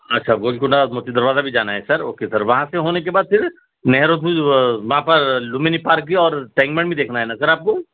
اچھا گولکنڈہ دروازہ بھی جانا ہے سر اوکے سر وہاں سے ہونے کے بعد پھر نہرو وہاں پر لمبنی پارک بھی اور ٹیگمین بھی دیکھا ہے نا سر آپ کو